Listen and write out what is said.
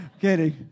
kidding